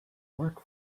work